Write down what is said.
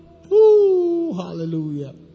Hallelujah